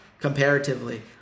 comparatively